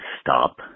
stop